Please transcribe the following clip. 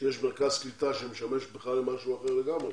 שיש מרכז קליטה שמשמש למשהו אחר לגמרי